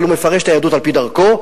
אבל הוא מפרש את היהדות על-פי דרכו,